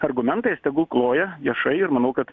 argumentais tegul kloja viešai ir manau kad